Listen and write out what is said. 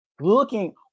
looking